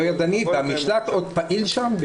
המשל"ט עוד פעיל שם?